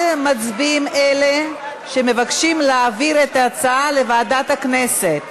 מצביעים אלה שמבקשים להעביר את ההצעה לוועדת הכנסת,